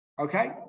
Okay